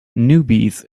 newbies